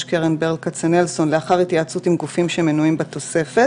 קרן ברל כצנלסון לאחר התייעצות עם גופים שמנויים בתוספת